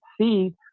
see